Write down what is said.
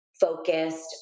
Focused